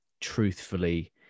Truthfully